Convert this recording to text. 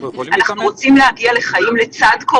אנחנו רוצים שחברי כנסת ידעו כמה הזעקה